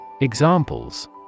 Examples